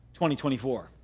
2024